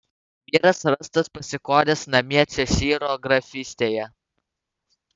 vyras rastas pasikoręs namie češyro grafystėje